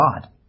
God